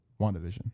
WandaVision